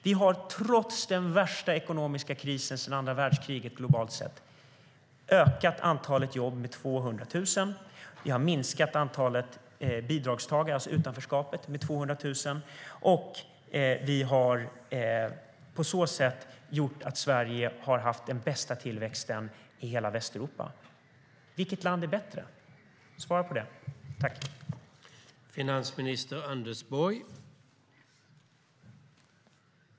Vi har trots den globalt sett värsta ekonomiska krisen sedan andra världskriget ökat antalet jobb med 200 000. Vi har minskat antalet bidragstagare, alltså utanförskapet, med 200 000. På så sätt har vi sett till att Sverige haft den bästa tillväxten i hela Västeuropa. Vilket land är bättre?